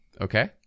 Okay